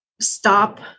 stop